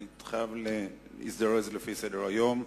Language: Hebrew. אני חייב להזדרז בסדר-היום.